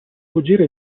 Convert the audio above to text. fuggire